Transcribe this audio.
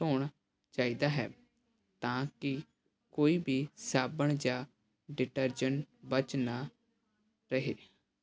ਧੋਣਾ ਚਾਹੀਦਾ ਹੈ ਤਾਂ ਕਿ ਕੋਈ ਵੀ ਸਾਬਣ ਜਾਂ ਡਿਟਰਜੈਂਟ